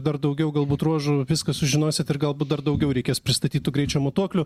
dar daugiau galbūt ruožų viską sužinosit ir galbūt dar daugiau reikės pristatyt tų greičio matuoklių